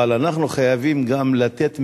אבל אנחנו חייבים גם לתת מסר,